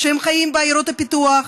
שחיים בעיירות הפיתוח,